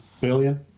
Billion